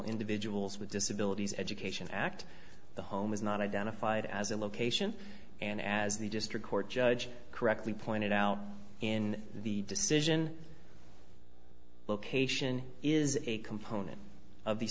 individuals with disabilities education act the home is not identified as a location and as the district court judge correctly pointed out in the decision location is a component of the